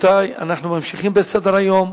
לצרכן (תיקוני חקיקה),